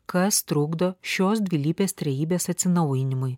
kas trukdo šios dvilypės trejybės atsinaujinimui